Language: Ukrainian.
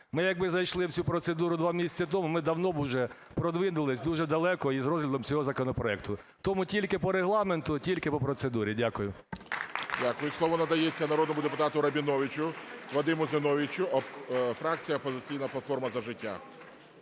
Ми якби зайшли в цю процедуру 2 місяці тому, ми давно уже продвинулись би дуже далеко з розглядом цього законопроекту. Тому тільки по Регламенту, тільки по процедурі. Дякую. ГОЛОВУЮЧИЙ. Дякую. Слово надається народному депутату Рабіновичу Вадиму Зіновійовичу, фракція "Опозиційна платформа – За життя".